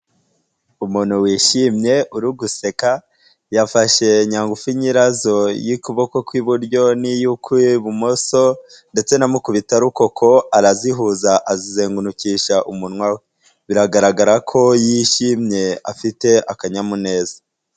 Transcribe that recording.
Umuntu wishimye uriguseka yafashe nyangufi nyirazo y'ukuboko kw'iburyo n'iy'ukw'ibumoso ndetse na mukubitarukoko, arazihuza azengurukisha umunwa we. Biragaragara ko yishimye afite akanyamuneza.